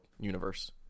universe